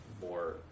more